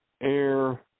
Air